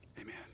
amen